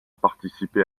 participé